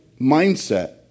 mindset